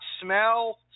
smell